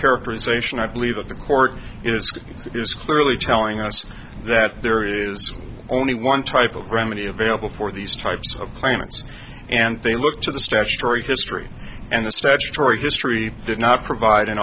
characterization i believe that the court is is clearly telling us that there is only one type of remedy available for these types of claimants and they look to the statutory history and the statutory history did not provide an